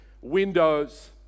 windows